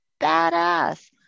badass